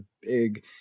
big